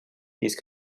ease